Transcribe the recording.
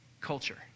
culture